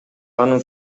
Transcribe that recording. анын